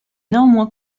néanmoins